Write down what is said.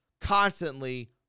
constantly